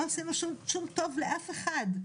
לא עשינו שום טוב לאף אחד,